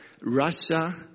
Russia